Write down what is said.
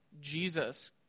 Jesus